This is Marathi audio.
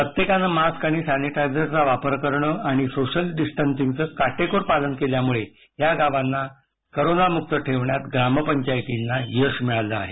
प्रत्येकानं मास्क आणि सॅनिटायझरचा वापर करणं आणि सोशल डिस्टन्सिंगचं काटेकोर पालन केल्यामुळे या गावांना करोनामुक्त ठेवण्यात ग्रामपंचायतींना यश मिळालं आहे